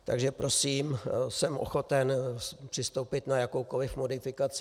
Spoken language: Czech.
Takže prosím, jsem ochoten přistoupit na jakoukoliv modifikaci.